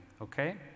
okay